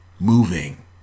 Moving